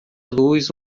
luz